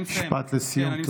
משפט לסיום.